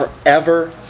forever